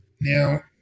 Now